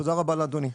תודה רבה לאדוני.